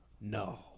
No